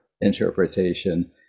interpretation